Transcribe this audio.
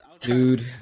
Dude